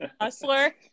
Hustler